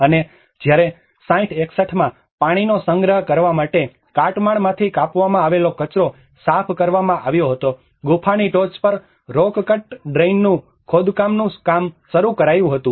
અને જ્યારે 60 61 માં પાણીનો સંગ્રહ કરવા માટે કાટમાળમાંથી કાપવામાં આવેલો કચરો સાફ કરવામાં આવ્યો હતો અને ગુફાની ટોચ પર રોક કટ ડ્રેઇનનુ ખોદકામનું કામ શરૂ કરાયું હતું